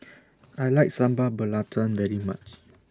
I like Sambal Belacan very much